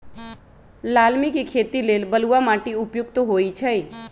लालमि के खेती लेल बलुआ माटि उपयुक्त होइ छइ